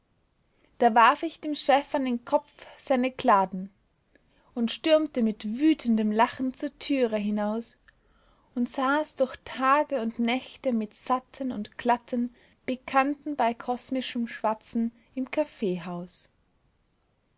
da warf ich dem chef an den kopf seine kladden und stürmte mit wütendem lachen zur türe hinaus und saß durch tage und nächte mit satten und glatten bekannten bei kosmischem schwatzen im kaffeehaus